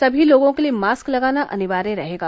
सभी लोगों के लिए मास्क लगाना अनिवार्य रहेगा